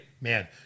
Man